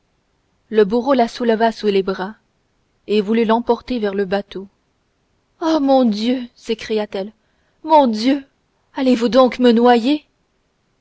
le bourreau la souleva sous les bras et voulut l'emporter vers le bateau oh mon dieu s'écria-t-elle mon dieu allez-vous donc me noyer